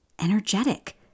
energetic